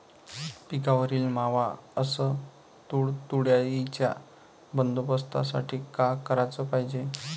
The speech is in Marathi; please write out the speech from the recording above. पिकावरील मावा अस तुडतुड्याइच्या बंदोबस्तासाठी का कराच पायजे?